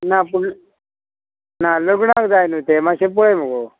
ना पूण ना लग्नाक जाय न्हू तें मातशें पय मुगो